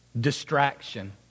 Distraction